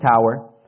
tower